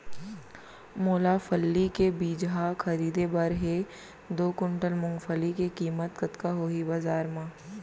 मोला फल्ली के बीजहा खरीदे बर हे दो कुंटल मूंगफली के किम्मत कतका होही बजार म?